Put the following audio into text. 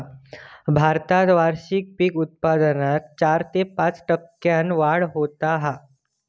भारतात वार्षिक पीक उत्पादनात चार ते पाच टक्क्यांन वाढ होता हा